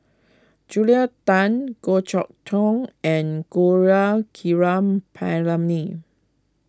Julia Tan Goh Chok Tong and Gaurav Kripalani